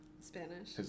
Spanish